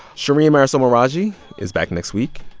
shereen marisol meraji is back next week.